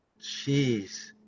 Jeez